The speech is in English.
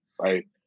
right